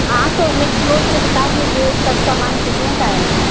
हाँ तो हमें जोड़कर बता दीजिए सब सामान कितने का आएगा